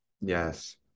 yes